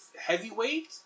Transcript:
heavyweight